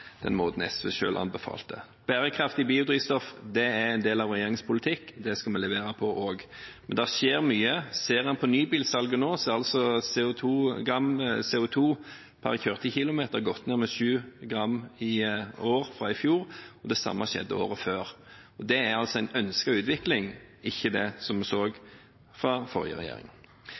den måten SV selv anbefalte. Bærekraftig biodrivstoff er en del av vår regjerings politikk. Det skal vi levere på også. Men det skjer mye. Ser en på nybilsalget nå, har altså gram CO 2 per kjørte kilometer gått ned med 7 gram i år fra i fjor, og det samme skjedde året før. Og dette er altså en ønsket utvikling, ikke det som vi så fra forrige regjering.